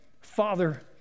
father